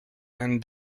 and